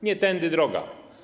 Nie tędy droga.